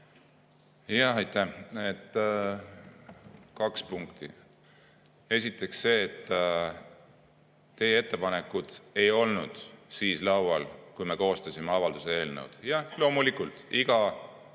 Aitäh! Kaks punkti. Esiteks see, et teie ettepanekud ei olnud siis laual, kui me koostasime avalduse eelnõu. Jah, loomulikult, iga